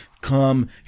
come